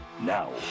now